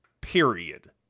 Period